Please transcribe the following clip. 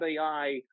AI